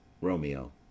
Romeo